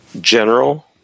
general